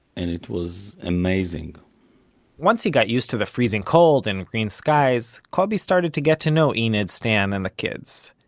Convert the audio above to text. and it was amazing once he got used to the freezing cold and green skies, kobi started to get to know enid, stan and the kids.